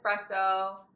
espresso